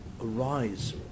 arise